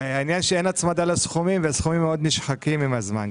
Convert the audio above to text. העניין שאין הצמדה לסכומים והסכומים מאוד נשחקים עם הזמן,